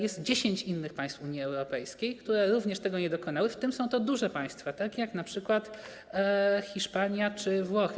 Jest 10 innych państw Unii Europejskiej, które również tego nie dokonały, są to też duże państwa, takie jak np. Hiszpania czy Włochy.